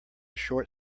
short